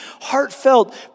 heartfelt